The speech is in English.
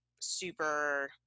super